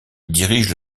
dirige